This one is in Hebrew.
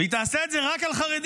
והיא תעשה את זה רק על חרדים.